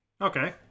okay